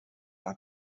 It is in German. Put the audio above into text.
eine